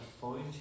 point